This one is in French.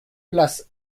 place